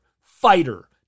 fighter